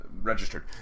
Registered